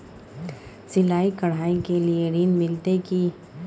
सिलाई, कढ़ाई के लिए ऋण मिलते की?